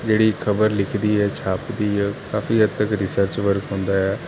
ਜਿਹੜੀ ਖਬਰ ਲਿਖਦੀ ਹੈ ਛਾਪਦੀ ਹੈ ਕਾਫੀ ਹੱਦ ਤੱਕ ਰਿਸਰਚ ਵਰਕ ਹੁੰਦਾ ਆ